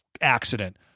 accident